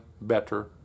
Better